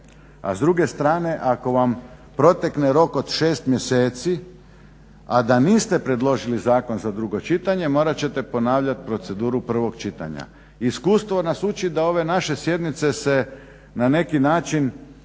A s druge strane ako vam protekne rok od 6 mjeseci, a da niste predložili zakon za drugo čitanje morat ćete ponavljat proceduru prvog čitanja. Iskustvo nas uči da ove naše sjednice se na neki način